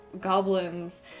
goblins